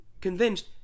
convinced